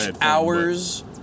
hours